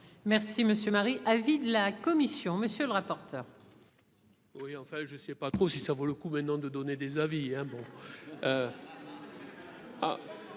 monsieur Marie avis de la commission, monsieur le rapporteur. Oui, enfin je sais pas trop si ça vaut le coup, maintenant, de donner des avis.